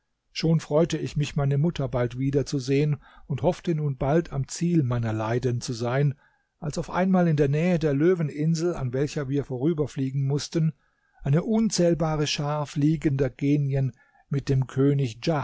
schon freute ich mich meine mutter bald wiederzusehen und hoffte nun bald am ziel meiner leiden zu sein als auf einmal in der nähe der löweninsel an welcher wir vorüberfliegen mußten eine unzählbare schar fliegender genien mit dem könig